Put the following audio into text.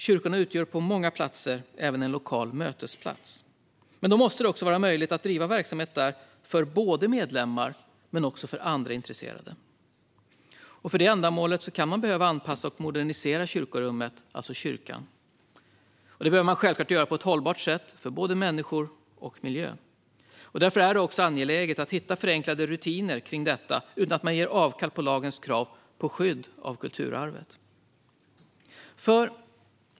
Kyrkorna utgör på många platser även en lokal mötesplats. Men då måste det också vara möjligt att bedriva verksamhet där för både medlemmar och andra intresserade. För detta ändamål kan man behöva anpassa och modernisera kyrkorummet, det vill säga kyrkan. Det behöver man självklart göra på ett hållbart sätt för både människor och miljö. Därför är det angeläget att hitta förenklade rutiner för detta utan att man gör avkall på lagens krav om skydd av kulturarvet.